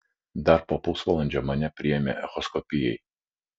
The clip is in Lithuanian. dar po pusvalandžio mane priėmė echoskopijai